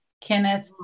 Kenneth